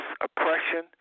oppression